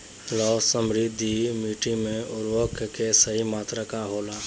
लौह समृद्ध मिट्टी में उर्वरक के सही मात्रा का होला?